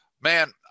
Man